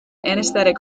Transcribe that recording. anaesthetic